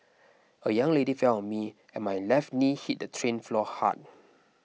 a young lady fell on me and my left knee hit the train floor hard